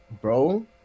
bro